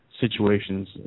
situations